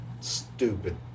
stupid